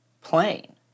plane